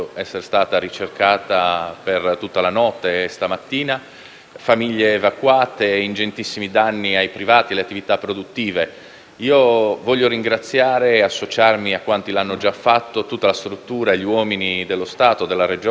famiglie evacuate e ingentissimi danni ai privati e alle attività produttive. Voglio ringraziare, associandomi a quanti l'hanno già fatto, tutta la struttura, gli uomini dello Stato, della Regione e del Comune che sono sul campo, insieme ai volontari, per prestare i primi soccorsi.